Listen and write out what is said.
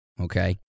Okay